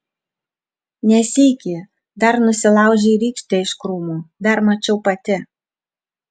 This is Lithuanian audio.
ne sykį dar nusilaužei rykštę iš krūmų dar mačiau pati